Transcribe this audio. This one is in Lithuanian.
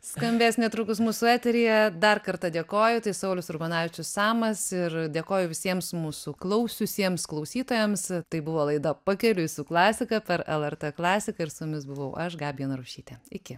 skambės netrukus mūsų eteryje dar kartą dėkoju tai saulius urbonavičius samas ir dėkoju visiems mūsų klausiusiems klausytojams tai buvo laida pakeliui su klasika per lrt klasiką ir su jumis buvau aš gabija narušytė iki